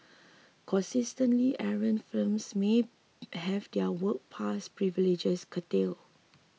consistently errant firms may have their work pass privileges curtailed